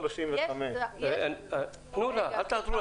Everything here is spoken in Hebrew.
סגן שר הפנים יואב בן צור: תמ"א 35. יש לנו.